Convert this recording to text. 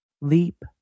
leap